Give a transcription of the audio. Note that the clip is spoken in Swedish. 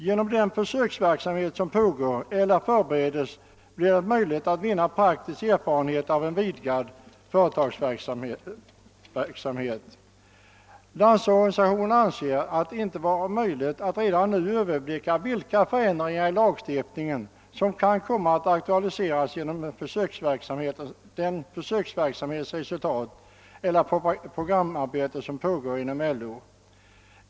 Genom den försöksverksamhet som pågår eller förbereds kan man, framhåller LO, vinna praktisk erfarenhet av en vidgad företagsdemokrati. LO anser det inte vara möjligt att redan nu överblicka vilka förändringar i lagstiftningen som kan komma att aktualiseras genom försöksverksamhetens resultat el ler det programarbete som pågår inom LO.